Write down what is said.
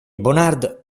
bonard